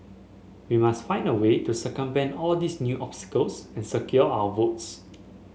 we must find a way to circumvent all these new obstacles and secure our votes